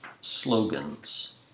slogans